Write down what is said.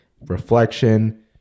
reflection